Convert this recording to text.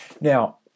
Now